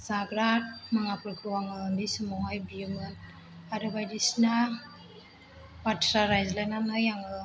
जाग्रा मुवाफोरखौ आङो बे समाव हाय बियोमोन आरो बायदिसिना बाथ्रा रायज्लायनानै आङो